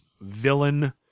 villain